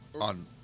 on